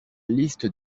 liste